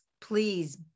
please